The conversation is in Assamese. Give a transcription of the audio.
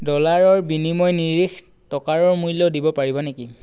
ডলাৰৰ বিনিময় নিৰিখ টকাৰ মূল্য দিব পাৰিবা নেকি